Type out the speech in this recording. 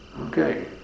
okay